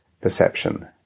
perception